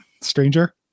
stranger